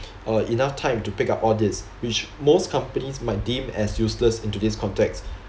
uh enough time to pick up all this which most companies might deem as useless in today's context